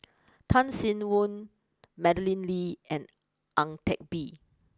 Tan Sin Aun Madeleine Lee and Ang Teck Bee